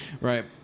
Right